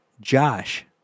Josh